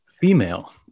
female